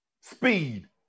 Speed